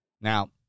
Now